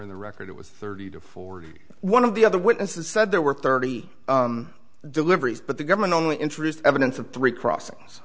in the record it was thirty to forty one of the other witnesses said there were thirty deliveries but the government only introduced evidence of three crossings